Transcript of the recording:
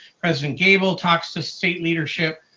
president gabel talked to state leadership.